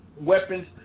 weapons